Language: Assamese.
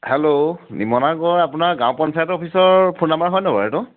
হেল্ল' নিমনাগড় আপোনাৰ গাঁও পঞ্চায়তৰ অফিচৰ ফোন নাম্বাৰ হয় নহয় বাৰু এইটো